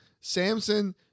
Samson